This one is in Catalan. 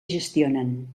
gestionen